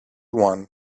one